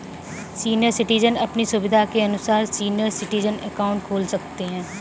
senior citizen अपनी सुविधा के अनुसार सीनियर सिटीजन अकाउंट खोल सकते है